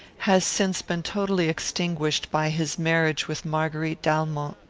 has since been totally extinguished by his marriage with marguerite d'almont,